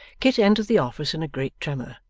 kit entered the office in a great tremor,